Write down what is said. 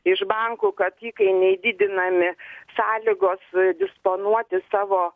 iš bankų kad įkainiai didinami sąlygos disponuoti savo